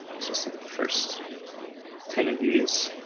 let's just look at the first ten of these.